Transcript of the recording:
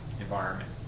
environment